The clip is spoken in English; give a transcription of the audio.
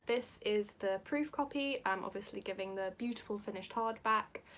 this is the proof copy i'm obviously giving the beautiful finished hardback.